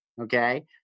Okay